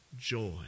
joy